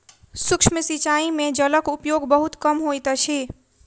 सूक्ष्म सिचाई में जलक उपयोग बहुत कम होइत अछि